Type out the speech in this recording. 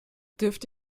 dürfte